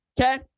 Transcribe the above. Okay